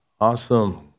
Awesome